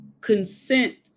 consent